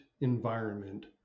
environment